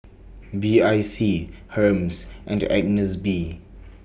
B I C Hermes and Agnes B